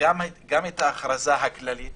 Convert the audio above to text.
שגם את ההכרזה הכללית